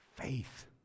Faith